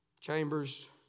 Chambers